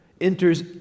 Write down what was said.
enters